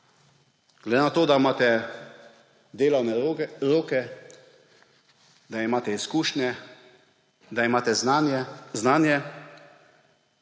Glede na to, da imate delavne roke, da imate izkušnje, da imate znanje,